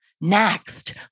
Next